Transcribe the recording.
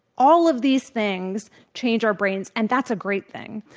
all of these things change our brains, and that's a great thing.